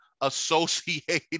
associated